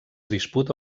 disputa